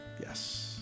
Yes